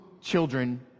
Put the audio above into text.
children